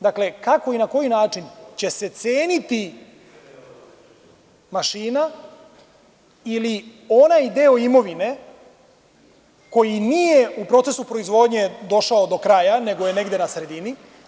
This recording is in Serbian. Dakle, kako i na koji način će se ceniti mašina ili onaj deo imovine koji nije u procesu proizvodnje došao do kraja, nego ne negde na sredini?